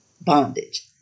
bondage